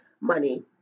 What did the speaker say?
money